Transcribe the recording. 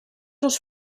els